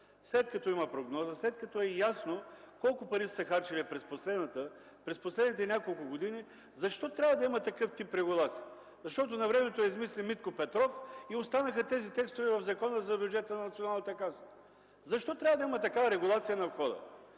След като има прогноза, след като е ясно колко пари са се харчели през последните няколко години, защо трябва да има такъв тип регулация? Защото навремето я измисли Митко Петров и останаха тези текстове в Закона за бюджета на Националната здравноосигурителна каса. Защо трябва да има такава регулация на входа?